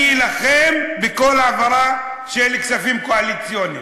אני אלחם בכל העברה של כספים קואליציוניים.